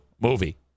movie